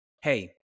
Hey